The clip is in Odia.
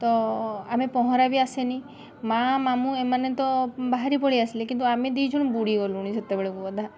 ତ ଆମେ ପହଁରା ବି ଆସେନି ମାଆ ମାମୁଁ ଏମାନେ ତ ବାହାରି ପଳି ଆସିଲେ କିନ୍ତୁ ଆମେ ଦୁଇଜଣ ବୁଡ଼ି ଗଲୁଣି ସେତବେଳକୁ ଅଧା